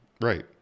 right